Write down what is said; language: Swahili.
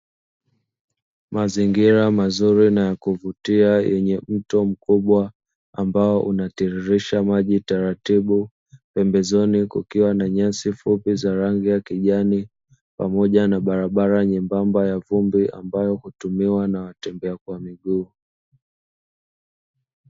Mazingira mazuri na ya kuvutia yenye mto mkubwa, ambao unatiririsha maji taratibu pembezoni kukiwa na nyasi fupi za rangi ya kijani pamoja na barabara nyembamba ya vumbi, ambayo hutumiwa na watembea kwa miguu.